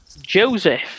Joseph